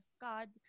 god